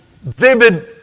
vivid